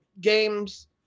games